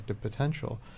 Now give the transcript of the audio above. potential